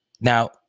Now